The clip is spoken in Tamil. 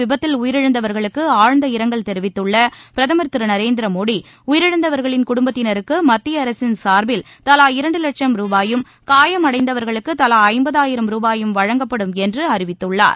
விபத்தில் உயிரிழந்தவர்களுக்கு ஆழ்ந்த இரங்கல் தெரிவித்துள்ள பிரதமர் திரு நரேந்திர மோடி உயிரிழந்தவர்களின் குடும்பத்தினருக்கு மத்திய அரசின் சார்பில் தலா இரண்டு லட்சம் ரூபாயும் காயம் அடைந்தவர்களுக்கு தலா ஐம்பதாயிரம் ரூபாய் வழங்கப்படும் என்றும் அறிவித்துள்ளார்